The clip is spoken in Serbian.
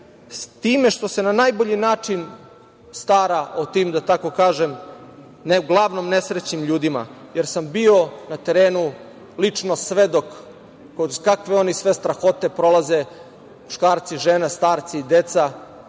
time što se na najbolji način stara o tim da tako kažem uglavnom nesrećnim ljudima, jer sam bio na terenu lično, kakve oni sve strahote prolaze, muškarci, žene, starci, deca,